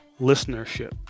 listenership